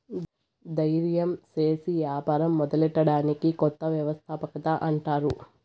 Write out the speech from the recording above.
దయిర్యం సేసి యాపారం మొదలెట్టడాన్ని కొత్త వ్యవస్థాపకత అంటారు